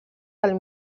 del